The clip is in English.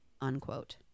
Unquote